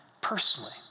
personally